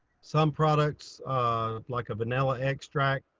some products like a vanilla extract,